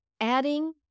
adding